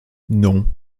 non